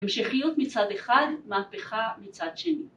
‫המשכיות מצד אחד, ‫מהפכה מצד שני.